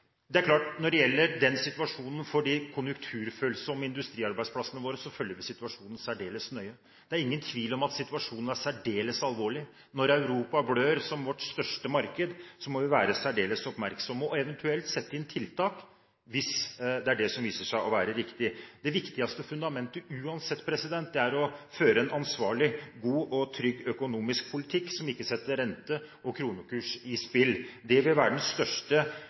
Det er klart at når det gjelder situasjonen for de konjunkturfølsomme industriarbeidsplassene våre, følger vi situasjonen særdeles nøye. Det er ingen tvil om at situasjonen er særdeles alvorlig. Når Europa, som vårt største marked, «blør», må vi være særdeles oppmerksomme og eventuelt sette inn tiltak, hvis det er det som viser seg å være riktig. Det viktigste fundamentet er uansett å føre en ansvarlig, god og trygg økonomisk politikk som ikke setter rente- og kronekurs i spill. Det ville, hvis det skulle skje, være det største